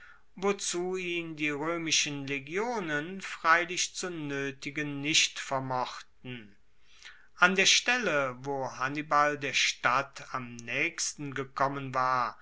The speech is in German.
wozu ihn die roemischen legionen freilich zu noetigen nicht vermochten an der stelle wo hannibal der stadt am naechsten gekommen war